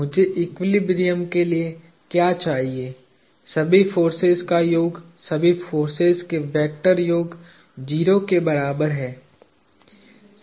मुझे एक्विलिब्रियम के लिए क्या चाहिए सभी फोर्सेज का योग सभी फोर्सेज के वेक्टर योग 0 के बराबर है